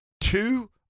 Two